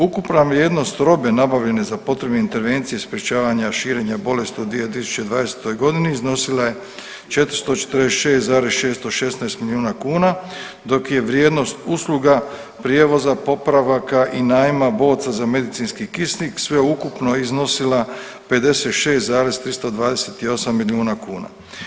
Ukupna vrijednost robe nabavljene za potrebe intervencije sprječavanja širenja bolesti u 2020. godini iznosila je 446,616 milijuna kuna dok je vrijednost usluga prijevoza, popravaka i najma boca za medicinski kisik sveukupno iznosila 56,328 milijuna kuna.